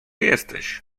jesteś